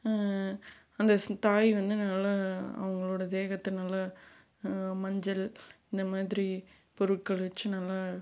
அந்த ஸ் தாய் வந்து நல்லா அவங்களோட தேகத்தை நல்லா மஞ்சள் இந்தமாதிரி பொருட்கள் வச்சு நல்லா